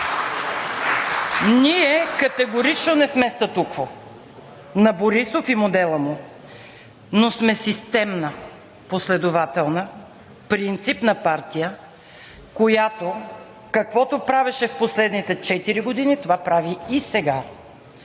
Ние, категорично не сме „статукво“ на Борисов и модела му, но сме системна, последователна, принципна партия, която, каквото правеше в последните четири години, това прави и сега.